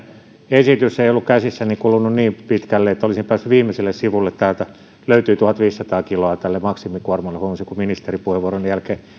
esitys ei ollut käsissäni kulunut niin pitkälle että olisin päässyt viimeiselle sivulle täältä löytyi että tuhatviisisataa kiloa on tälle maksimikuorma huomasin kun ministerin puheenvuoron jälkeen tätä